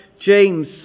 James